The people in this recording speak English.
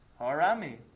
Harami